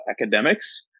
academics